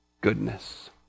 goodness